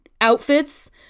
outfits